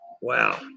Wow